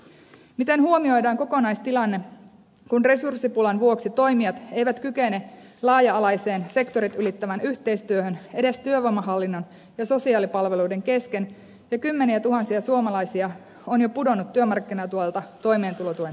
miten huomioidaan kokonaistilanne kun resurssipulan vuoksi toimijat eivät kykene laaja alaiseen sektorit ylittävään yhteistyöhön edes työvoimahallinnon ja sosiaalipalveluiden kesken ja kymmeniätuhansia suomalaisia on jo pudonnut työmarkkinatuelta toimeentulotuen piiriin